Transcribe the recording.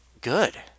good